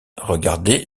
regardait